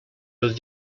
los